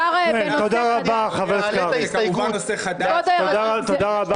זה כמובן נושא חדש --- אני רוצה לומר לך,